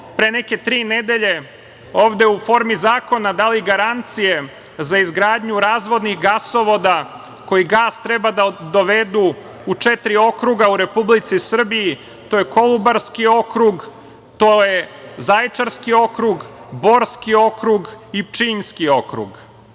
pre neke tri nedelje ovde u formi zakona dali garancije za izgradnju razvodnih gasovoda koji gas treba da dovedu u četiri okruga, u Republici Srbiji. To je Kolubarski okrug, to je Zaječarski okrug, Borski okrug i Pčinjski